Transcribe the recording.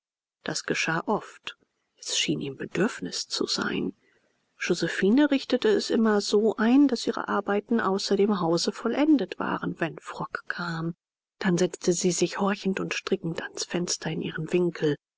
das geschah oft es schien ihm bedürfnis zu sein josephine richtete es immer so ein daß ihre arbeiten außer dem hause vollendet waren wenn frock kam dann setzte sie sich horchend und strickend ans fenster in ihren winkel